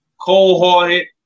cold-hearted